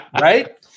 Right